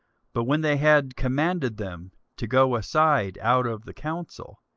but when they had commanded them to go aside out of the council,